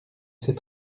ses